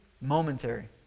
Momentary